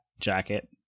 jacket